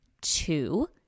Two